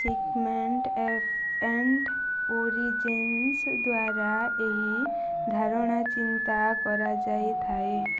segment F and origins ଦ୍ଵାରା ଏହି ଧାରଣା ଚିନ୍ତା କରା ଯାଇଥାଏ